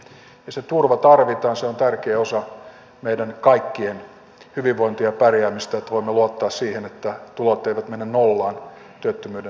ja se turva tarvitaan se on tärkeä osa meidän kaikkien hyvinvointia ja pärjäämistä että voimme luottaa siihen että tulot eivät mene nollaan työttömyyden sattuessa